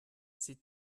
c’est